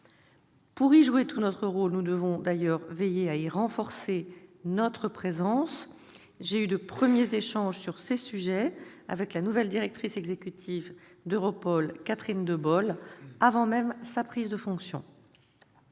Pour y jouer tout notre rôle, nous devons d'ailleurs veiller à y renforcer notre présence. J'ai eu de premiers échanges sur ces sujets avec la nouvelle directrice exécutive d'EUROPOL, Catherine de Bolle, avant même sa prise de fonctions.